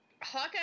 Hawkeye